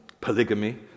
polygamy